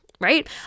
Right